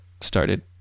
started